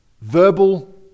verbal